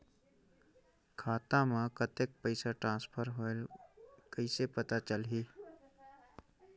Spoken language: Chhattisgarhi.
खाता म कतेक पइसा ट्रांसफर होईस कइसे पता चलही?